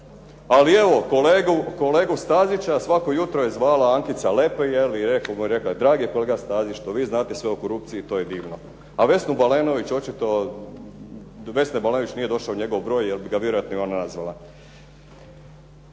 Ali evo kolegu Stazića svako jutro je zvala Ankica Lepej i lijepo mu je rekla, dragi kolega Stazić što vi znate sve o korupciji to je divno. A Vesnu Balenović očito do Vesne Balenović nije došao njegov broj jer bi ga vjerojatno i ona nazvala.